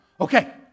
okay